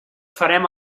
farem